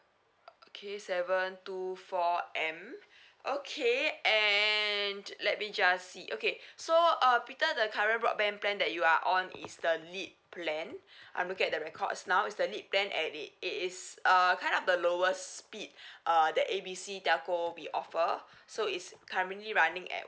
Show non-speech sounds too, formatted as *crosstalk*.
okay seven two four M okay and let me just see okay so err peter the current broadband plan that you are on is the lit plan *breath* I'm looking at the records now is the lit plan and it it is err kind of the lowers speed *breath* uh that A B C telco we offer so it's currently running at